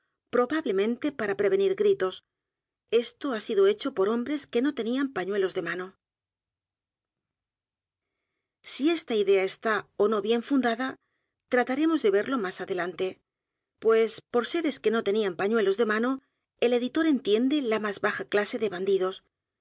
r a prevenir gritos esto ha sido hecho por hombres q u e no tenían pañuelos de mano si esta idea está ó no bien fundada t r a t a r e m o s de verlo más a d e l a n t e pues por seres que no tenían pañuelos de mano el editor entiende la más baja clase de bandidos